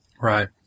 Right